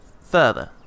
Further